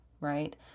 right